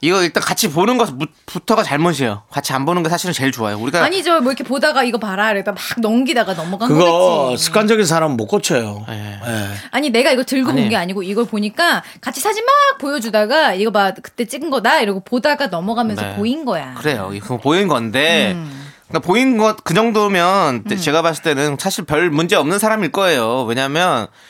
이거 일단 같이 보는 것부터가 잘못이에요. 같이 안 보는 게 사실은 제일 좋아요. 우리가- 아니죠. 뭐 이렇게 보다가 이거 봐라 이러다 막 넘기다가 넘어간 그거 거겠지. 습관적인 사람은 못 고쳐요. 예. 예. 아니, 내가 이거 들고 온 아니. 게 아니고 이걸 보니까 같이 사진 막 보여주다가 이거 봐, 그때 찍은 거다 이러고 보다가 넘어가면서 네. 보인 거야. 그래요. 이거 보인 건데 음. 그러니까 보인 것 그 정도면 음. 제가 봤을 때는 사실 별 문제 없는 사람일 거예요. 왜냐하면